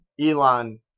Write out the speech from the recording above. Elon